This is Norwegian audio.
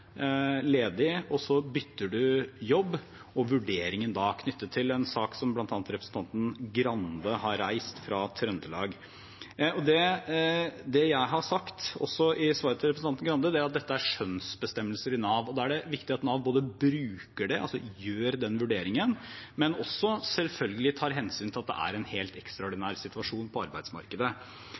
ledig og så bytter jobb, og vurderingen da knyttet til en sak som bl.a. representanten Grande har reist fra Trøndelag. Det jeg har sagt, også i svaret til representanten Grande, er at dette er skjønnsbestemmelser i Nav. Da er det viktig at Nav bruker det og gjør den vurderingen, men også selvfølgelig tar hensyn til at det er en helt ekstraordinær situasjon på arbeidsmarkedet.